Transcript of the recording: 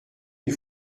une